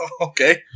Okay